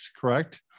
correct